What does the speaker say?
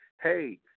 Hey